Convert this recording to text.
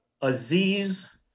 Aziz